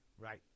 right